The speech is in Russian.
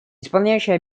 исполняющий